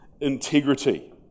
integrity